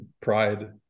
pride